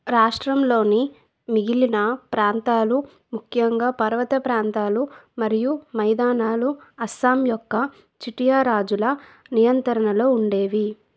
రాష్ట్రంలోని మిగిలిన ప్రాంతాలు ముఖ్యంగా పర్వత ప్రాంతాలు మరియు మైదానాలు అస్సాం యొక్క చుటియా రాజుల నియంత్రణలో ఉండేవి